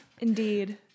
Indeed